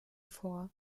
vor